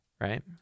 right